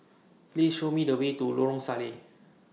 Please Show Me The Way to Lorong Salleh